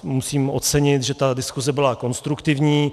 Musím ocenit, že diskuse byla konstruktivní.